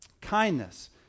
Kindness